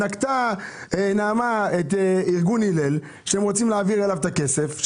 ציינה נעמה את ארגון הלל אליו רוצים להעביר את הכסף,